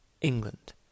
England